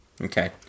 Okay